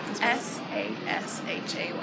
S-A-S-H-A-Y